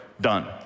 done